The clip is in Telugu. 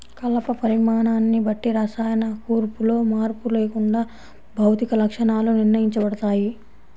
కలప పరిమాణాన్ని బట్టి రసాయన కూర్పులో మార్పు లేకుండా భౌతిక లక్షణాలు నిర్ణయించబడతాయి